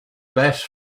best